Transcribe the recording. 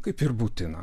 kaip ir būtina